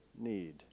need